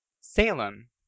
Salem